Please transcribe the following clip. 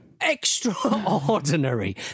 Extraordinary